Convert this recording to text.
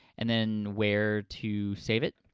and then, where to save it.